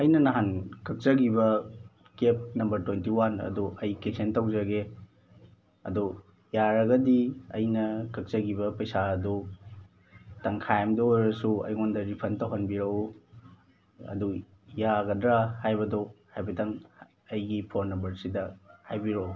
ꯑꯩꯅ ꯅꯍꯥꯟ ꯀꯛꯆꯈꯤꯕ ꯀꯦꯕ ꯅꯝꯕꯔ ꯇ꯭ꯋꯦꯟꯇꯤ ꯋꯥꯟ ꯑꯗꯨ ꯑꯩ ꯀꯦꯟꯁꯦꯜ ꯇꯧꯖꯒꯦ ꯑꯗꯨ ꯌꯥꯔꯒꯗꯤ ꯑꯩꯅ ꯀꯛꯆꯈꯤꯕ ꯄꯩꯁꯥ ꯑꯗꯨ ꯇꯪꯈꯥꯏ ꯑꯝꯇ ꯑꯣꯏꯔꯁꯨ ꯑꯩꯉꯣꯟꯗ ꯔꯤꯐꯟ ꯇꯧꯍꯟꯕꯤꯔꯛꯎ ꯑꯗꯨ ꯌꯥꯒꯗ꯭ꯔꯥ ꯍꯥꯏꯕꯗꯨ ꯍꯥꯏꯐꯦꯠꯇꯪ ꯑꯩꯒꯤ ꯐꯣꯟ ꯅꯝꯕꯔꯁꯤꯗ ꯍꯥꯏꯕꯤꯔꯛꯎ